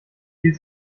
hielt